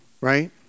right